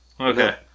Okay